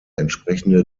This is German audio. entsprechende